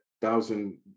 thousand